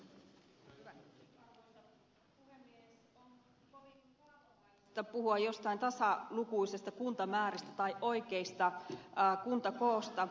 on kovin kaavamaista puhua jostain tasalukuisista kuntamääristä tai oikeista kuntakooista